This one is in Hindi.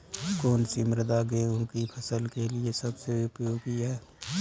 कौन सी मृदा गेहूँ की फसल के लिए सबसे उपयोगी है?